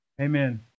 Amen